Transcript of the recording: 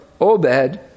Obed